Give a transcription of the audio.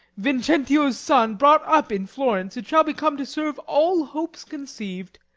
vincentio's son, brought up in florence, it shall become to serve all hopes conceiv'd,